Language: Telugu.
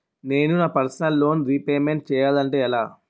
నేను నా పర్సనల్ లోన్ రీపేమెంట్ చేయాలంటే ఎలా?